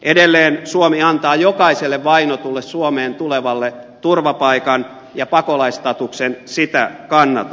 edelleen suomi antaa jokaiselle vainotulle suomeen tulevalle turvapaikan ja pakolaisstatuksen sitä kannatan